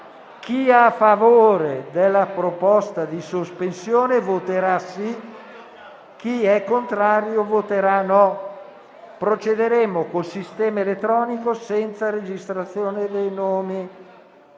Chi è a favore della proposta di sospensione voterà sì, chi è contrario voterà no. Procederemo con il sistema elettronico, senza registrazione dei nomi.